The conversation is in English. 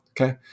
Okay